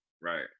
right